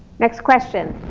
next question?